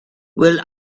will